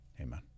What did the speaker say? Amen